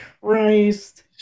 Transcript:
Christ